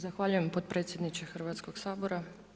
Zahvaljujem podpredsjedniče Hrvatskog sabora.